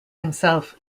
himself